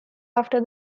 after